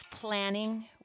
planning